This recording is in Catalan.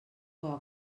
coca